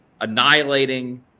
annihilating